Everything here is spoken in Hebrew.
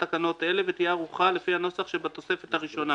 תקנות אלה ותהיה ערוכה לפי הנוסח שבתוספת הראשונה,